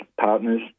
partners